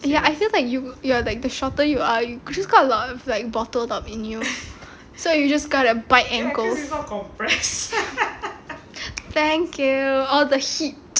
ya I feel like you you are like the shorter you are you just got a lot of like bottled up in you so just got to bite the ankles thank you all the heat